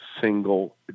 single